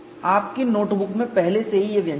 आपकी notebook में पहले से ही ये व्यंजक हैं